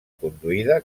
conduïda